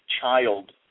child